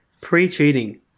Pre-cheating